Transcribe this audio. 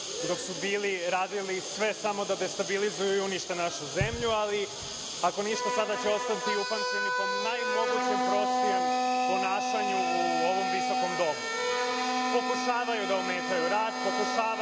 na vlasti radili sve samo da destabilizuju i unište našu zemlju, ali, ako ništa, sada će ostati upamćeni po najprostijem ponašanju u ovom visokom domu. Pokušavaju da ometaju rad, pokušavaju